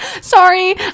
Sorry